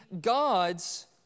God's